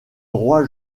roi